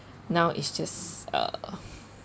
now it's just uh